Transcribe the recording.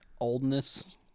Oldness